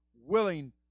willing